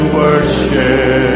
worship